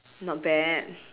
not bad